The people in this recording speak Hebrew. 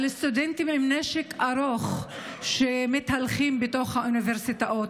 של סטודנטים עם נשק ארוך שמתהלכים בתוך האוניברסיטאות.